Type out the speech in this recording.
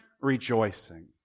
rejoicing